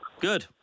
Good